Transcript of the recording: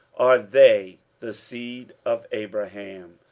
are they the seed of abraham?